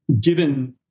given